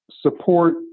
support